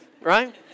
Right